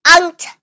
Aunt